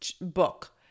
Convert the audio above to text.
book